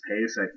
pace